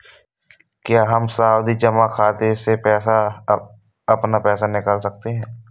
क्या हम सावधि जमा खाते से अपना पैसा निकाल सकते हैं?